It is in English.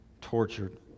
tortured